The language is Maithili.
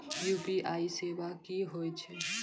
यु.पी.आई सेवा की होय छै?